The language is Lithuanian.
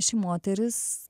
ši moteris